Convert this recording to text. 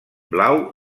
blau